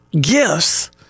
gifts